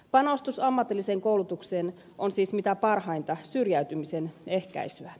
panostus ammatilliseen koulutukseen on siis mitä parhainta syrjäytymisen ehkäisyä